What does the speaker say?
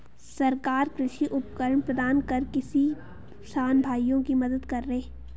सरकार कृषि उपकरण प्रदान कर किसान भाइयों की मदद करें